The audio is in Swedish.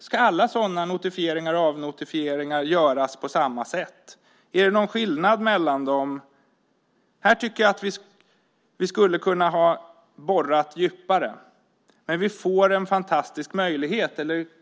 Ska alla sådana notifieringar och avnotifieringar göras på samma sätt? Är det någon skillnad mellan dem? Här tycker jag att vi skulle ha kunnat borra djupare. Men vi får en fantastisk möjlighet.